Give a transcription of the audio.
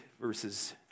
verses